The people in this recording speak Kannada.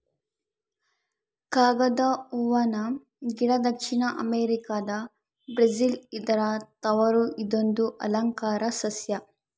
ಕಾಗದ ಹೂವನ ಗಿಡ ದಕ್ಷಿಣ ಅಮೆರಿಕಾದ ಬ್ರೆಜಿಲ್ ಇದರ ತವರು ಇದೊಂದು ಅಲಂಕಾರ ಸಸ್ಯ